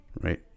right